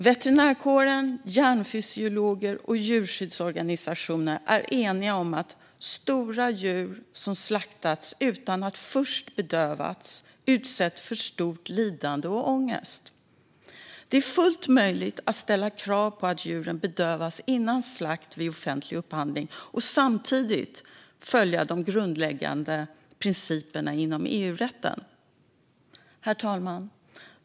Veterinärkåren, hjärnfysiologer och djurskyddsorganisationer är eniga om att stora djur som slaktas utan att först bedövas utsätts för stort lidande och ångest. Det är fullt möjligt att vid offentlig upphandling ställa krav på att djuren bedövas före slakt och samtidigt följa de grundläggande principerna inom EU-rätten. Herr talman!